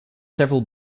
several